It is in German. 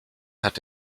hat